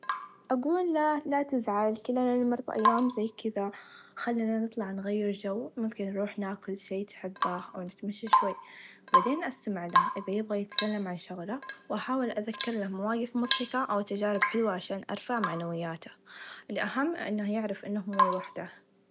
أقله لا تزعل كلنا نمر بأيام زي كذا خلينا نطلع نغير چو ممكن نروح ناكل شئ تحبه أو نتمشى شوى بعدين أستمع له إذا يبغى يتكلم عن شغله و أحاول أذكره لمواقف مظحكه أو تچارب حلوه عشان أرفع معنوياته الأهم إنه يعرف إنه مو لوحده.